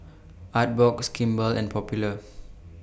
Artbox Kimball and Popular